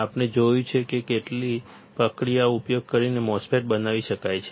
આપણે જોયું છે કે કેવી પ્રક્રિયાનો ઉપયોગ કરીને MOSFET બનાવી શકાય છે